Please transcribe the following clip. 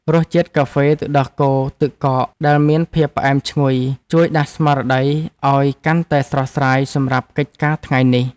រសជាតិកាហ្វេទឹកដោះគោទឹកកកដែលមានភាពផ្អែមឈ្ងុយជួយដាស់ស្មារតីឱ្យកាន់តែស្រស់ស្រាយសម្រាប់កិច្ចការថ្ងៃនេះ។